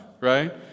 right